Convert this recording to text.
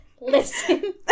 listen